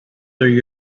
through